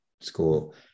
school